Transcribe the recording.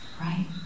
right